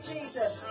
Jesus